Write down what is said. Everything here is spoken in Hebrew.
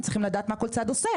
הם צריכים לדעת מה כל צד עושה.